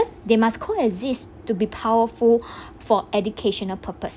they must coexist to be powerful for educational purpose